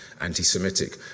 anti-Semitic